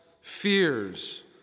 fears